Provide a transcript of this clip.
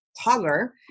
taller